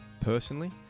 personally